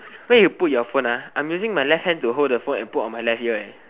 where you put your phone ah I'm using my left hand to hold the phone and put on my left ear eh